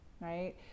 right